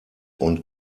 und